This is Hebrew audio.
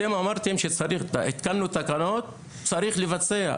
אתם אמרתם שהתקנתם תקנות וצריך לבצע.